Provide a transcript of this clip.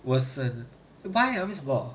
worsen why ah 为什么